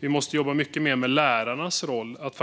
Vi måste även jobba mycket mer med lärarnas roll att